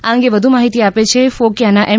આ અંગે વધુ માહિતી આપે છે ફોકિયાના એમ